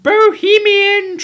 Bohemian